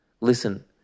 Listen